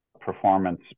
performance